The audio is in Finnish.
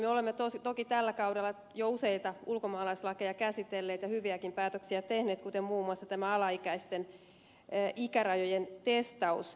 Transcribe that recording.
me olemme toki tällä kaudella jo useita ulkomaalaislakeja käsitelleet ja hyviäkin päätöksiä tehneet kuten muun muassa tämä alaikäisten ikärajojen testaus